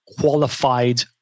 qualified